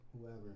whoever